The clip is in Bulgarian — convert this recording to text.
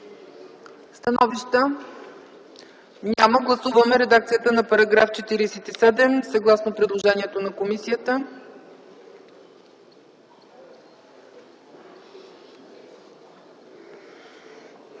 Становища? Няма. Гласуваме редакцията на § 47 съгласно предложението на комисията.